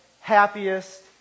happiest